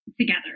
together